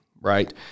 right